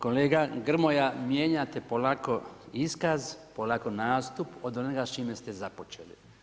Kolega Grmoja mijenjate polako iskaz, polako nastup od onoga s čime ste započeli.